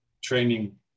training